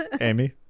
Amy